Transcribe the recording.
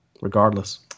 regardless